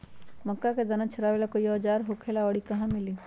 मक्का के दाना छोराबेला कोई औजार होखेला का और इ कहा मिली?